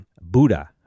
Buddha